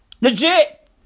Legit